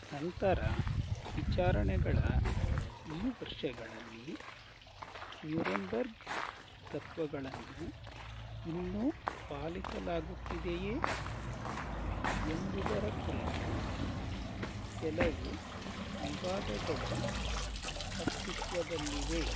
ನಂತರ ವಿಚಾರಣೆಗಳ ಈ ವರ್ಷಗಳಲ್ಲಿ ನ್ಯೂರೆಂಬರ್ಗ್ ತತ್ವಗಳನ್ನು ಇನ್ನೂ ಪಾಲಿಸಲಾಗುತ್ತಿದೆಯೇ ಎಂಬುದರ ಕುರಿತು ಕೆಲವು ವಿವಾದಗಳು ಅಸ್ತಿತ್ವದಲ್ಲಿವೆ